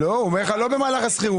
לא, הוא אומר לך לא במהלך השכירות.